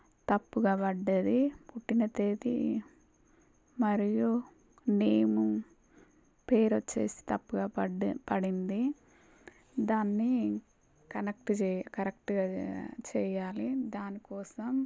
తప్పుగా పడ్డది పుట్టిన తేదీ మరియు నేము పేరొచ్చేసి తప్పుగా పడ్డ పడింది దాన్ని కనెక్ట్ చే కరెక్ట్గా చెయ్యాలి దానికోసం